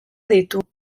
ditu